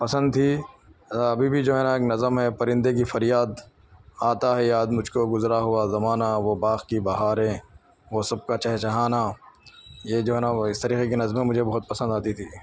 پسند تھی ابھی بھی جو ہے نا ایک نظم ہے پرندے کی فریاد آتا ہے یاد مجھ کو گذرا ہوا زمانہ وہ باغ کی بہاریں وہ سب کا چہچہانا یہ جو ہے نا اس طریقے کی نظمیں مجھے بہت پسند آتی تھی